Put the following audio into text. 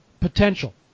potential